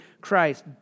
Christ